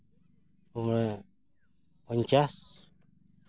ᱩᱱᱚᱯᱚᱧᱪᱟᱥ